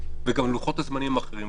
וגם לוחות הזמנים הם אחרים.